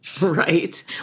Right